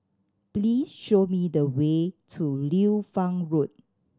please show me the way to Liu Fang Road